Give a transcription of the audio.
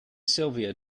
sylvia